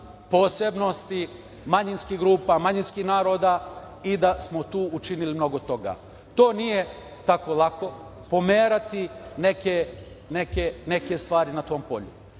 posebnosti manjinskih grupa, manjinskih naroda i da smo tu učinili mnogo toga. To nije tako lako pomerati, neke stvari na tom polju. Kao